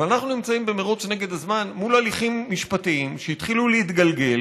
אבל אנחנו נמצאים במרוץ נגד הזמן מול הליכים משפטיים שהתחילו להתגלגל